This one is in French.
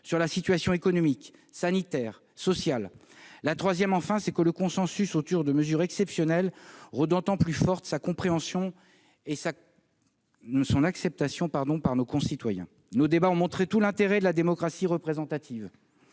sur la situation économique, sanitaire et sociale. La troisième, enfin, c'est que le consensus autour de mesures exceptionnelles rend d'autant plus fortes sa compréhension et son acceptation par nos concitoyens. Nos débats ont montré tout l'intérêt de la démocratie représentative